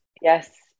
Yes